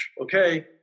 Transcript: okay